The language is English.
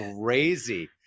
crazy